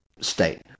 state